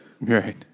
Right